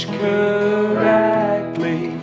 correctly